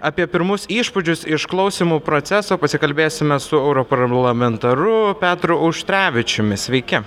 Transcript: apie pirmus įspūdžius iš klausymų proceso pasikalbėsime su europarlamentaru petru auštrevičiumi sveiki